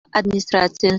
администрацийӗн